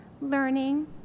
learning